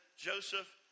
Joseph